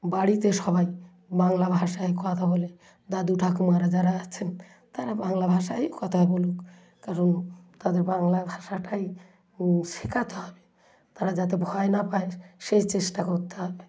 বাড়িতে সবাই বাংলা ভাষায় কথা বলে দাদু ঠাকুমারা যারা আছেন তারা বাংলা ভাষায়ই কথা বলুক কারণ তাদের বাংলা ভাষাটাই শেখাতে হবে তারা যাতে ভয় না পায় সেই চেষ্টা করতে হবে